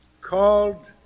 called